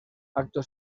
acto